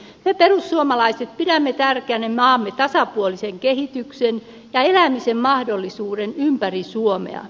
me perussuomalaiset pidämme tärkeänä maamme tasapuolista kehitystä ja elämisen mahdollisuutta ympäri suomea